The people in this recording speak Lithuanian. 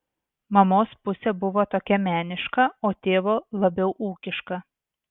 mamos pusė buvo tokia meniška o tėvo labiau ūkiška